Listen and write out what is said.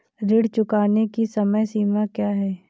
ऋण चुकाने की समय सीमा क्या है?